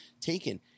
taken